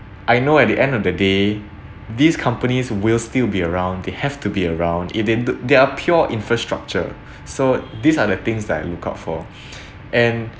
I know at the end of the day these companies will still be around they have to be around and then they are pure infrastructure so these are the things that I look out for and